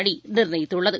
அணி நிர்ணயித்துள்ளது